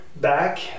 back